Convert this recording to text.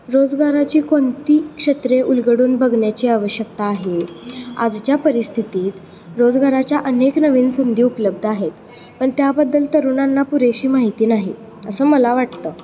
रोजगाराची कोणती क्षेत्रे उलगडून बघण्याची आवश्यकता आहे आजच्या परिस्थितीत रोजगाराच्या अनेक नवीन संधी उपलब्ध आहेत पण त्याबद्दल तरुणांना पुरेशी माहिती नाही असं मला वाटतं